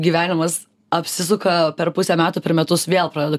gyvenimas apsisuka per pusę metų per metus vėl pradedu